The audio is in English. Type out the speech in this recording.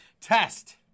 test